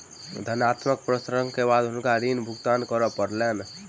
धानक प्रसंस्करण के बाद हुनका ऋण भुगतान करअ पड़लैन